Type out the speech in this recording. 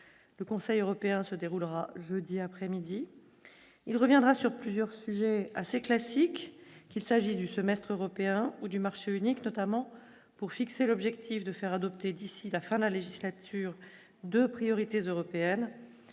le Conseil européen se déroulera jeudi après-midi, il reviendra sur plusieurs sujets assez classiques, qu'il s'agit du semestre européen ou du marché unique, notamment pour fixer l'objectif de faire adopter d'ici la fin de la législature, 2 priorités européennes